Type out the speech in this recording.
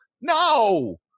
no